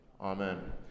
amen